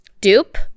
Dupe